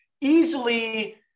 easily